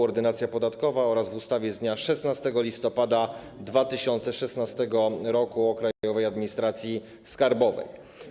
Ordynacja podatkowa oraz w ustawie z dnia 16 listopada 2016 r. o Krajowej Administracji Skarbowej.